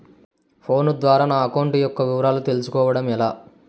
Phone ద్వారా నా account యొక్క వివరాలు తెలుస్కోవడం ఎలా?